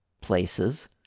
places